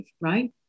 Right